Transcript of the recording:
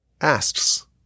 asks